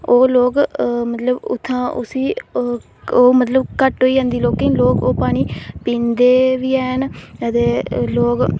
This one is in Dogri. ओह् लोग मतलब उत्थों उसी ओह् मतलब घट्ट हो लोकें ई ओह् पानी पींदे बी हैन अदे